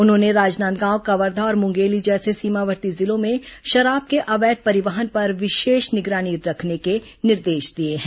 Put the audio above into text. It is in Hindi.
उन्होंने राजनांदगांव कवर्धा और मुंगेली जैसे सीमावर्ती जिलों में शराब के अवैध परिवहन पर विशेष निगरानी रखने के निर्देश दिए हैं